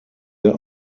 der